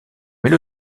mais